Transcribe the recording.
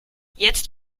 jetzt